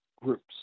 groups